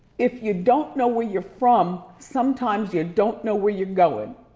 if you don't know where you're from, sometimes you don't know where you're going.